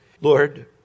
Lord